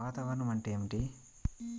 వాతావరణం అంటే ఏమిటి?